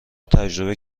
تجربه